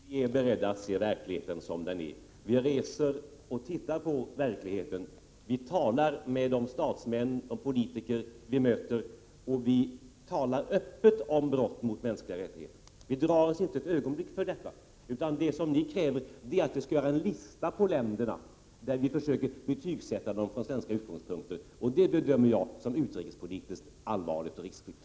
Herr talman! Vi är beredda att se verkligheten som den är. Vi reser och tittar på verkligheten. Vi talar med de statsmän och politiker vi möter, och vi talar öppet om brott mot mänskliga rättigheter. Vi drar oss inte ett ögonblick för detta. Det som ni kräver är att vi skall göra en lista över länderna, där vi försöker betygsätta dem från svenska utgångspunkter, och det bedömer jag som utrikespolitiskt allvarligt och riskfyllt.